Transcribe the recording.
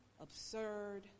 absurd